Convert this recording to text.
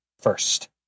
first